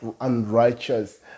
unrighteous